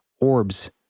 orbs